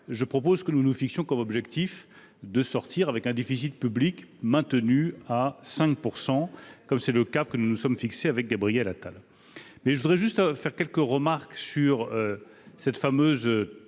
je propose que nous nous fixons comme objectif de sortir avec un déficit public maintenu à 5 % comme c'est le cas, que nous nous sommes fixés avec Gabriel Attal mais je voudrais juste faire quelques remarques sur cette fameuse